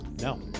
no